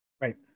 Right